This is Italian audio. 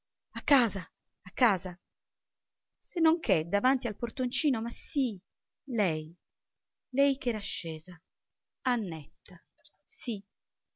a casa a casa se non che davanti al portoncino ma sì lei lei ch'era scesa annetta sì